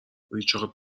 ریچارد